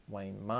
Wayne